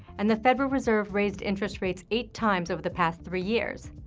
and the federal reserve raised interest rates eight times over the past three years.